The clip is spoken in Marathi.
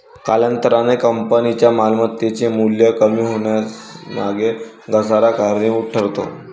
कालांतराने कंपनीच्या मालमत्तेचे मूल्य कमी होण्यामागे घसारा कारणीभूत ठरतो